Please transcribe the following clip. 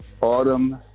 Autumn